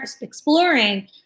exploring